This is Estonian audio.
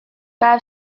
päev